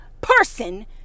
person